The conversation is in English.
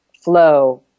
flow